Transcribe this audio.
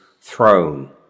throne